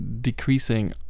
decreasing